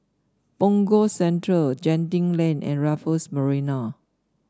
Punggol Central Genting Lane and Raffles Marina